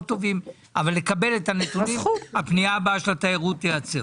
טובים אבל לקבל את הנתונים הפנייה הבאה של התיירות תיעצר.